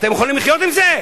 אתם יכולים לחיות עם זה?